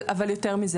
אבל יותר מזה.